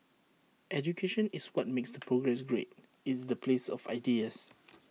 education is what makes the progress great it's the place of ideas